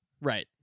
Right